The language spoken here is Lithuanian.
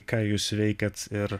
ką jūs veikiat ir